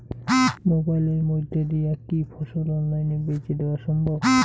মোবাইলের মইধ্যে দিয়া কি ফসল অনলাইনে বেঁচে দেওয়া সম্ভব?